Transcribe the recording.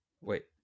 wait